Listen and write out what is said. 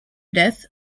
death